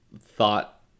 thought